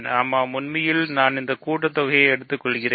ஆமாம் உண்மையில் நான் கூட்டுதொகையை எடுத்துக்கொள்கிறேன்